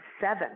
seven